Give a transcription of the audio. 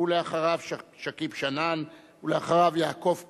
ולאחריו, שכיב שנאן, ולאחריו, יעקב כץ,